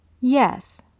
Yes